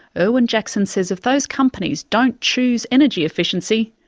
erwin jackson says if those companies don't choose energy efficiency,